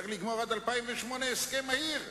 צריך לגמור עד 2008 הסכם מהיר,